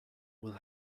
will